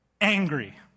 angry